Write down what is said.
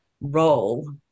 role